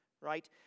right